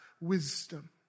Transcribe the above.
wisdom